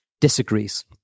disagrees